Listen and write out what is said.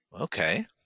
Okay